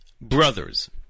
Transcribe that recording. brothers